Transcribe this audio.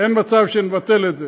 אין מצב שנבטל את זה.